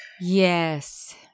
Yes